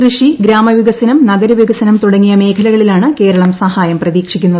കൃഷി ഗ്രാമവികസനം നഗരവികസനം തുടങ്ങിയ മേഖലകളിലാണ് കേരളം സഹായം പ്രതീക്ഷിക്കുന്നത്